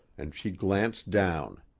and she glanced down.